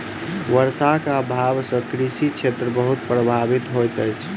वर्षाक अभाव सॅ कृषि क्षेत्र बहुत प्रभावित होइत अछि